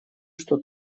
что